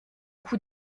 coup